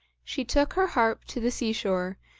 she took her harp to the sea-shore,